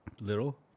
Little